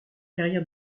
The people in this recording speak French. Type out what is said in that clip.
carrière